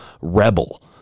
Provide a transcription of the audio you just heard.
rebel